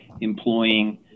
employing